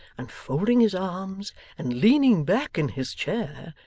and folding his arms and leaning back in his chair,